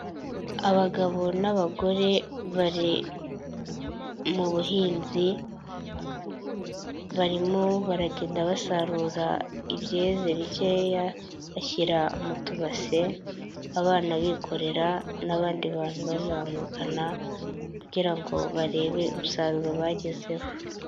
Abagabo n'abagore bari, mu buhinzi. Barimo baragenda basarura ibyeze bikeya, bashyira mu tubase, abana bikorera n'abandi bantu bazamukana, kugira ngo barebe umusaruro bagezeho.